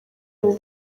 abo